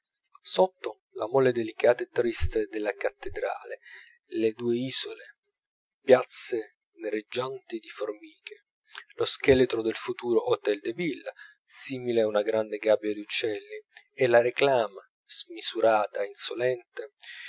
sotto la mole delicata e triste della cattedrale le due isole piazze nereggianti di formiche lo scheletro del futuro htel de ville simile a una grande gabbia d'uccelli e la réclame smisurata e insolente